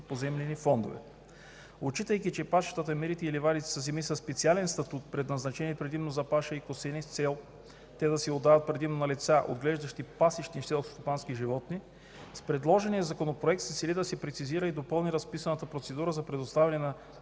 поземлени фондове. Отчитайки, че пасищата, мерите и ливадите са земи със специален статут, предназначени предимно за паша и косене с цел те да се отдават предимно на лица, отглеждащи пасищни селскостопански животни, с предложения законопроект се цели да се прецизира и допълни разписаната процедура за предоставяне на